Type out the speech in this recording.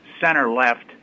center-left